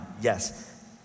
Yes